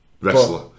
wrestler